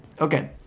Okay